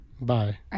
Bye